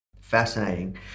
Fascinating